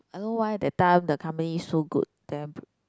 I don't know why that time the company so good then